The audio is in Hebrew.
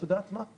את יודעת מה,